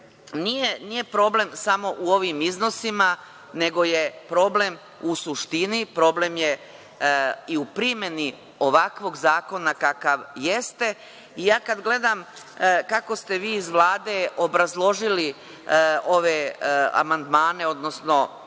nije problem samo u ovim iznosima, nego je problem u suštini. Problem je i u primeni ovakvog zakona kakav jeste i kada gledam kako ste vi iz Vlade obrazložili ove amandmane, odnosno